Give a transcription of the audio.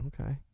Okay